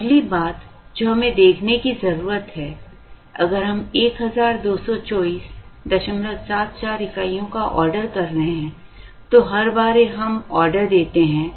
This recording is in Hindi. अगली बात जो हमें देखने की जरूरत है अगर हम 122474 इकाइयों को ऑर्डर कर रहे हैं तो हर बार हम ऑर्डर देते हैं